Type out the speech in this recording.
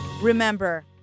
Remember